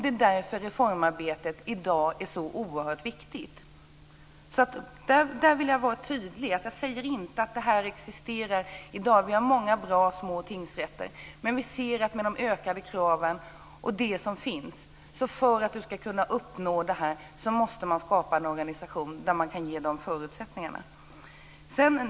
Det är därför reformarbetet i dag är så oerhört viktigt. Här vill jag vara tydlig. Jag säger inte att brister i dömandet existerar i dag. Vi har många bra små tingsrätter. Men för att de ska uppfylla de ökade kraven måste en organisation skapas så att de ges förutsättningarna för det.